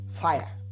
Fire